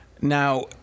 Now